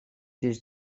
dus